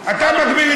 אגב,